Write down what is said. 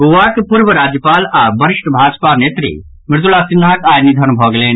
गोवाक पूर्व राज्यपाल आओर वरिष्ठ भाजपा नेत्री मृदुला सिन्हाक आई निधन भऽ गेलनि